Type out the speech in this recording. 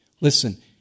Listen